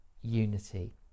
unity